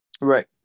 Right